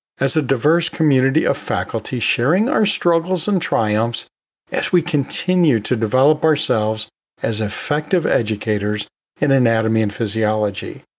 as a diverse community of faculty sharing our struggles and triumphs as we continue to develop ourselves as effective educators in anatomy and physiology.